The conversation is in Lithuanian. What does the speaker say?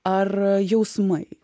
ar jausmai